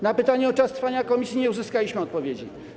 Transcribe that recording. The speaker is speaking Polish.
Na pytanie o czas trwania prac komisji nie uzyskaliśmy odpowiedzi.